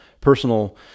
personal